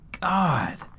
God